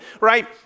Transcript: right